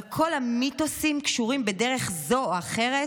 אבל כל המיתוסים קשורים בדרך זו או אחרת